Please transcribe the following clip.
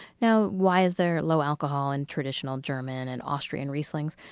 now, why is there low-alcohol in traditional german and austrian rieslings?